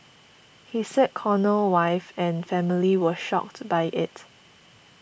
he said Cornell wife and family were shocked by it